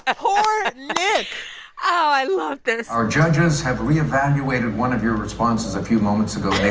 ah poor nick oh, i love this our judges have re-evaluated one of your responses a few moments ago, nick.